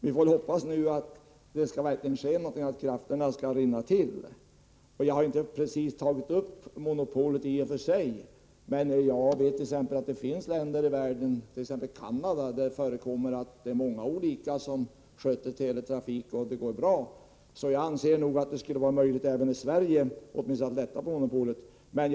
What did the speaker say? Vi får väl hoppas att det verkligen kommer att ske någonting nu, att krafterna skall rinna till. Jag har i och för sig inte tagit upp frågan om monopolet, men jag vet att det finns länder i världen, t.ex. Canada, där många olika företag sköter teletrafiken, och det går bra. Jag anser nog att det skulle vara möjligt att åtminstone lätta på monopolet i Sverige.